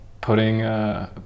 putting